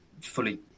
fully